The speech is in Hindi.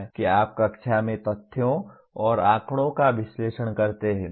कि आप कक्षा में तथ्यों और आंकड़ों का विश्लेषण करते रहें